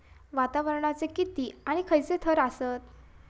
वातावरणाचे किती आणि खैयचे थर आसत?